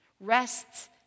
rests